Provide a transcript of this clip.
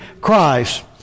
Christ